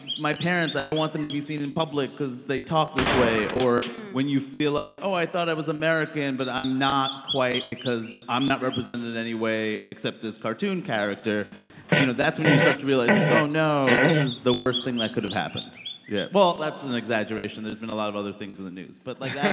my parents, i don't want them to be seen in public because they talk this way. or when you feel like oh, i thought i was american. but i'm not quite because i'm not represented in any way except this cartoon character you know, that's when you start to realize, like oh, no, this is the worst thing that could have happened yeah well, that's an exaggeration. there's been a lot of other things in the news. but, like, that